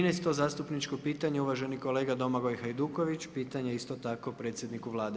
13 zastupničko pitanje uvaženi kolega Domagoj Hajduković, pitanje isto tako predsjedniku Vlade.